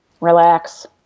Relax